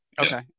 Okay